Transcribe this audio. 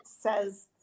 says